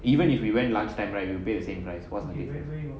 even if we went lunctime right you pay the same price what's the difference